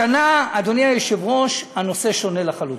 השנה, אדוני היושב-ראש, הנושא שונה לחלוטין.